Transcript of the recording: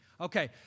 Okay